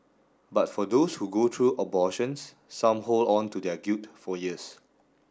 but for those who go through abortions some hold on to their guilt for years